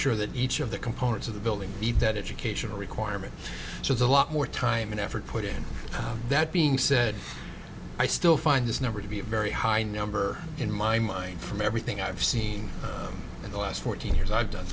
sure that each of the components of the building beat that educational requirements so it's a lot more time and effort put in that being said i still find this number to be a very high number in my mind from everything i've seen in the last fourteen years i've done